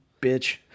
bitch